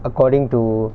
according to